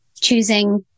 choosing